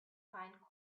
find